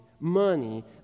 money